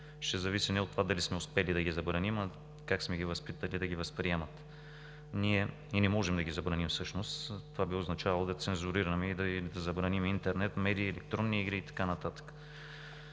ще зависи не от това дали сме успели да ги забраним, а как сме ги възпитали да ги възприемат. Ние и не можем да ги забраним, това би означавало да цензурираме и да забраним интернет, медии, електронни игри и така нататък.